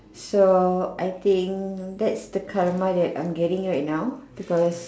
so I think that's the karma that I am getting right now because